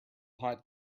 hot